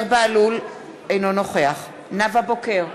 אינו נוכח נאוה בוקר,